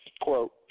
Quote